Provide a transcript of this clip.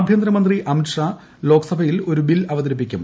ആഭ്യന്തര മന്ത്രി അമിത് ഷാ ലോക്സഭയിൽ ഒരു ബിൽ അവതരിപ്പിക്കും